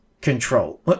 control